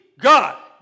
God